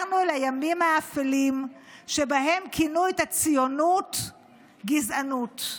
לימים האפלים שבהם כינו את הציונות גזענות.